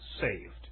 saved